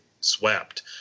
swept